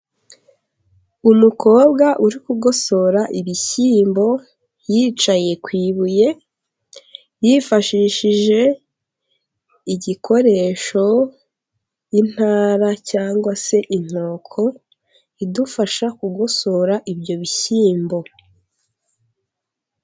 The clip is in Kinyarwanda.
Umukobwa uri kugosora ibishyimbo yicaye ku ibuye, yifashishije igikoresho intara cyangwag se inkoko, idufasha kugosora ibyo bishyimbo.